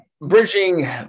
Bridging